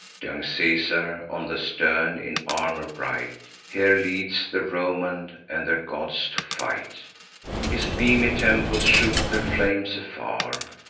young caesar, on the stern, in armor bright, here leads the romans and their gods to fight his beamy temples shoot their flames afar,